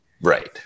Right